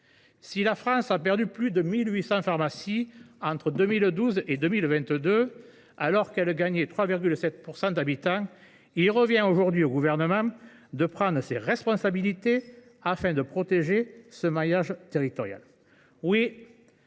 Si la France a perdu plus de 1 800 pharmacies entre 2012 et 2022, alors que sa population augmentait de 3,7 %, il revient aujourd’hui au Gouvernement de prendre ses responsabilités afin de protéger ce maillage territorial.